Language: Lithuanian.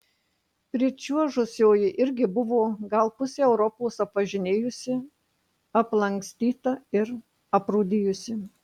pričiuožusioji irgi buvo gal pusę europos apvažinėjusi aplankstyta ir aprūdijusi